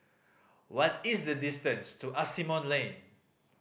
what is the distance to Asimont Lane